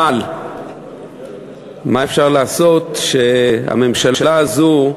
אבל מה אפשר לעשות שהממשלה הזאת,